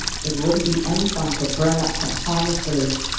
it wouldn't be any fun to burn up some harmless village,